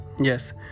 yes